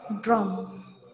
drum